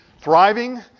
thriving